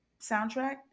soundtrack